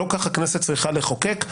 לא כך הכנסת צריכה לחוקק.